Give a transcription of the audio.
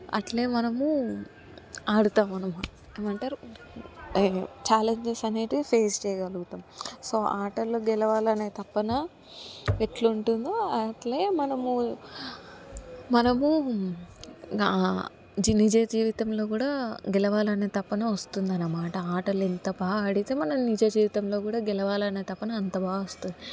అట్లే మనము ఆడతాం మనం ఏమంటారు ఛాలెంజెస్ అనేటివి ఫేస్ చేయగలుగుతాం సో ఆటల్లో గెలవాలనే తపన ఎట్లా ఉంటుందో అట్లే మనము మనము నిజ జీవితంలో కూడా గెలవాలనే తపన వస్తుందన్నమాట ఆటలు ఎంత బాగా ఆడితే మన నిజ జీవితంలో కూడా గెలవాలనే తపన అంత బాగా వస్తుంది